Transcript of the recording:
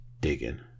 digging